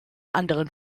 anderen